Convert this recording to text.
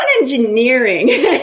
engineering